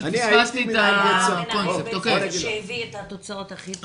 היה מנהל בית ספר שהביא את התוצאות הכי טובות.